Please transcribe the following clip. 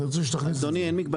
אני רוצה שתכניס את זה פה,